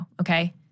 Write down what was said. okay